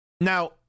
Now